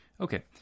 Okay